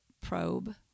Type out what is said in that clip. Probe